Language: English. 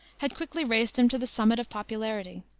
had quickly raised him to the summit of popularity.